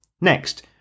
Next